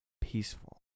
peaceful